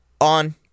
on